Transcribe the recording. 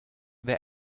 their